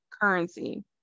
currency